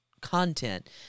content